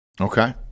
Okay